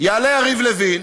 לוין.